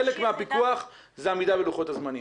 חלק מהפיקוח זה עמידה בלוחות הזמנים.